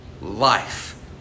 Life